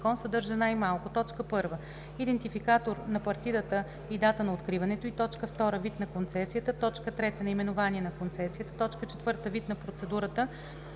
съдържа най-малко: